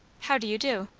how do you do?